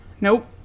Nope